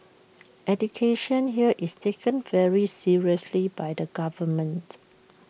education here is taken very seriously by the government